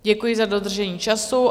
Děkuji za dodržení času.